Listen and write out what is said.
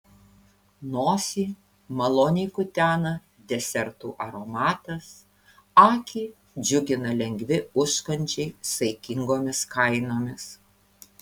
nosį maloniai kutena desertų aromatas akį džiugina lengvi užkandžiai saikingomis kainomis